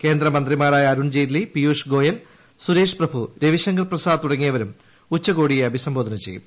കേന്ദ്രമന്ത്രിമാരായ അരുൺ ജയ്റ്റ്ലി പീയുഷ് ഗോയൽ സുരേഷ് പ്രഭു രവിശങ്കർ പ്രസാദ് തുടങ്ങിയവരും ഉച്ചക്കോടിയെ അഭിസംബോധന ചെയ്യു